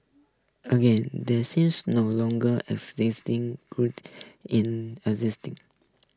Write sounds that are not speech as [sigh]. again there seems no longer [unintelligible] good in [unintelligible]